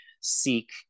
seek